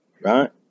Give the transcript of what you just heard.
right